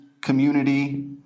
community